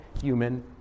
human